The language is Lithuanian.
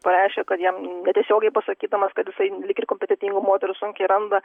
pareiškė kad jam netiesiogiai pasakydamas kad jisai lyg ir kompetentingų moterų sunkiai randa